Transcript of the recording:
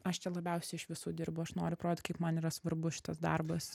aš čia labiausiai iš visų dirbu aš noriu parodyt kaip man yra svarbus šitas darbas